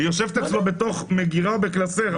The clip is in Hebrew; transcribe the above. והיא יושבת אצלו בתוך מגירה בקלסר,